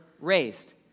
raised